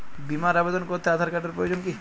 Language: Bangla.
বিমার আবেদন করতে আধার কার্ডের প্রয়োজন কি?